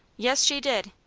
yes, she did.